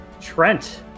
Trent